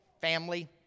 Family